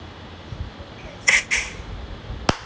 don't clap so hard